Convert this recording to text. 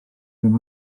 ddim